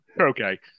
Okay